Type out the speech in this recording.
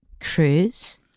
Cruise